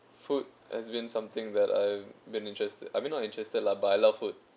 food has been something that I've been interested I mean not interested lah but I love food